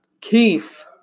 Keith